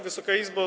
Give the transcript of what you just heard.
Wysoka Izbo!